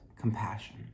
compassion